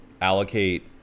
allocate